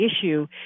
issue